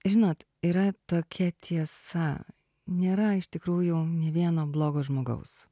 žinot yra tokia tiesa nėra iš tikrųjų nė vieno blogo žmogaus